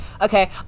okay